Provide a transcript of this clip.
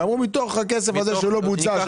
ואמרו שמתוך הכסף הזה שלא בוצע,